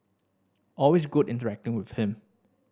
always good interacting with him